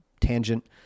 tangent